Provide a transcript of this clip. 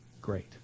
great